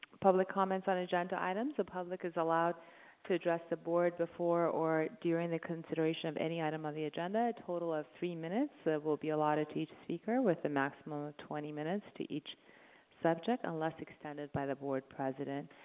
public comments on agenda items. the public is allowed to address the board before, or during, the consideration of any item on the agenda. a total of three minutes will be allotted to each speaker, with a maximum of twenty minutes to each subject, unless extended by the board president.